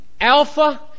Alpha